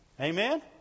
Amen